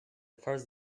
first